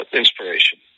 inspiration